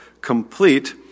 complete